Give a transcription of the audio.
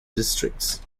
districts